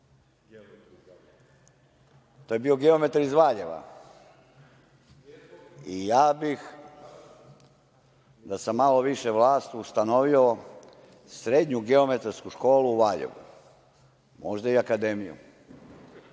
je bio geometar iz Valjeva i ja bih da sam malo više vlast ustanovio srednju geometarsku školu u Valjevu, možda i akademiju